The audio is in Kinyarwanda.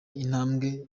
intambwe